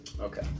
Okay